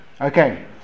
Okay